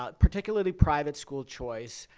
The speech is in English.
ah particularly private school choice,